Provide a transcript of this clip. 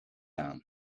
aan